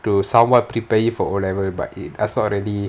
to somewhat prepare you for O level but it does not really